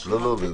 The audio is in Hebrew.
לא, לא.